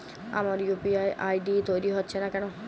আমার UPI ID তৈরি হচ্ছে না কেনো?